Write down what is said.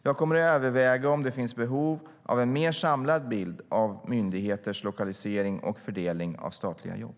Jag kommer att överväga om det finns behov av en mer samlad bild av myndigheters lokalisering och fördelningen av statliga jobb.